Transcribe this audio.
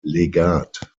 legat